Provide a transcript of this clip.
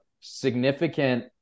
significant